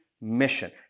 mission